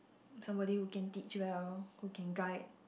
somebody who can teach well who can guide